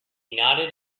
nodded